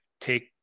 take